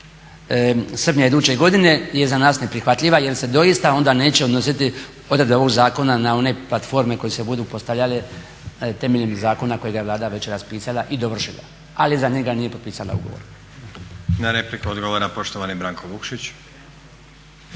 na replike. Prvo poštovani Branko Bačić.